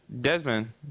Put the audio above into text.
Desmond